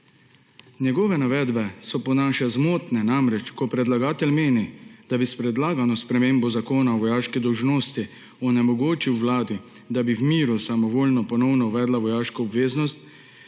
Njegove navedbe so po našem zmotne, namreč ko predlagatelj meni, da bi s predlagano spremembo Zakona o vojaški dolžnosti onemogočil Vladi, da bi v miru samovoljno ponovno uvedla vojaško obveznost,